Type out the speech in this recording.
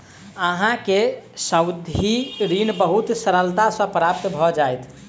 अहाँ के सावधि ऋण बहुत सरलता सॅ प्राप्त भ जाइत